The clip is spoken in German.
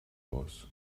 aus